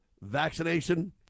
Vaccination